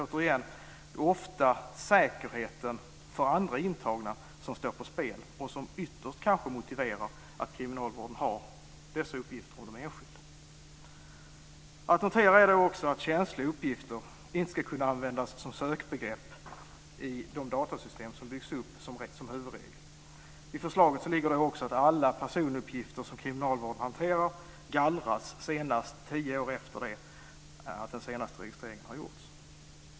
Återigen är det ofta säkerheten för andra intagna som står på spel och som ytterst kanske motiverar att kriminalvården har dessa uppgifter om de enskilda. Att notera är då också att känsliga uppgifter inte ska kunna användas som sökbegrepp i de datasystem som byggs upp som huvudregel. I förslaget ligger också att alla personuppgifter som kriminalvården hanterar ska gallras senast tio år efter det att den senaste registreringen har gjorts.